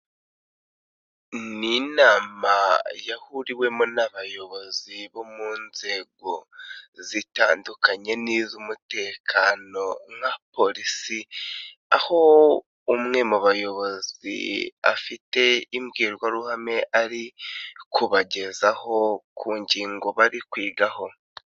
Ni inama yahuriwemo n'abayobozi bo mu nzego zitandukanye n'iz'umutekano nka Polisi, aho umwe mu bayobozi afite imbwirwaruhame ari kubagezaho ku ngingo bari kwigaho.